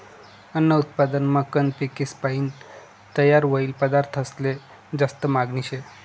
अन्न उत्पादनमा कंद पिकेसपायीन तयार व्हयेल पदार्थंसले जास्ती मागनी शे